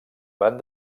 van